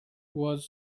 was